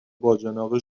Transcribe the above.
باجناق